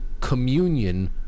communion